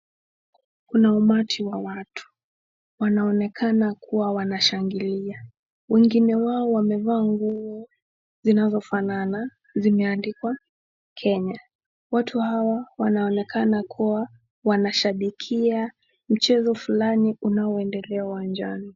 Kuna umati wa watu wanaonekana kua wanashangilia. Wengine wao wamevaa nguo zinazo fanana zimeandikwa Kenya. Watu hawa wanaonekana wanashabikia mchezo fulani unaoendelea uwanjani.